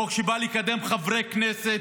חוק שבא לקדם חברי כנסת,